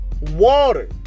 Water